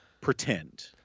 pretend